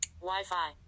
Wi-Fi